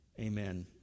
Amen